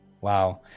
Wow